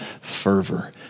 fervor